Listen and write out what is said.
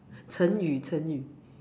成语成语